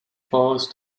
post